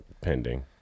pending